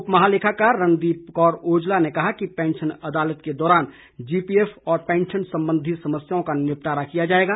उप महालेखाकार रनदीप कौर ओजला ने कहा कि पैंशन अदालत के दौरान जीपीएफ और पैंशन संबंधी समस्याओं का निपटारा किया जाएगा